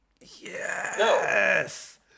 Yes